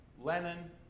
Lenin